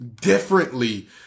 differently